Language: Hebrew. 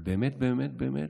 אבל באמת באמת באמת,